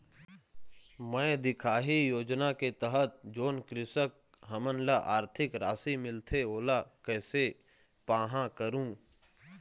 मैं दिखाही योजना के तहत जोन कृषक हमन ला आरथिक राशि मिलथे ओला कैसे पाहां करूं?